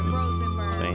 rosenberg